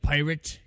Pirate